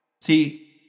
See